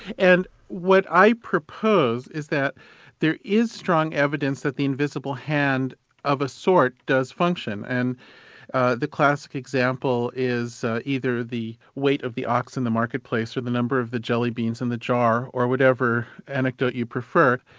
and what i propose is that there is strong evidence that the invisible hand of a sort does function, and ah the classic example is either the weight of the ox in the marketplace or the number of jelly beans in the jar, or whatever anecdote you prefer.